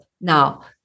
now